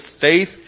faith